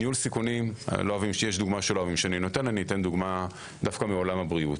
אתן דוגמה מעולם הבריאות.